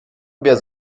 wer